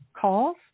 calls